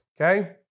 Okay